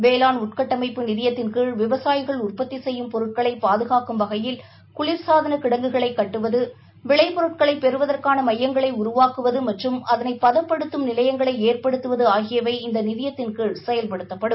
வேளாண் உள்கட்டமைப்பு நிதியத்தின் கீழ் விவசாயிகள் உற்பத்தி செய்யும் பொருட்களை பாதுகாக்கும் வகையில் குளிர்சாதன கிடங்குகளை கட்டுவது விளைப்பொருட்களை பெறுவதற்கான எமயங்களை உருவாக்குவது மற்றும் அதனை பதப்படுததும் நிலையங்களை ஏற்படுத்துவது ஆகியவை இந்த நிதியத்தின் கீழ் செயல்படுத்தப்படும்